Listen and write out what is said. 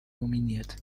nominiert